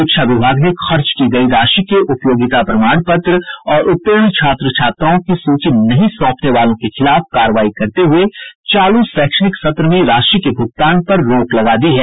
शिक्षा विभाग ने खर्च की गयी राशि के उपयोगिता प्रमाण पत्र और उत्तीर्ण छात्र छात्राओं की सूची नहीं सौंपने वालों के खिलाफ कार्रवाई करते हुए चालू शैक्षणिक सत्र में राशि के भुगतान पर रोक लगा दी है